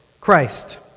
Christ